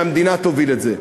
שהמדינה תוביל את זה,